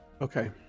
Okay